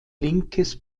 linkes